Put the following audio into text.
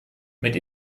mit